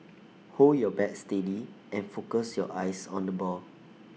hold your bat steady and focus your eyes on the ball